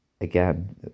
Again